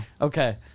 Okay